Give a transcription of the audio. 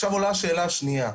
עולה שאלה שניה,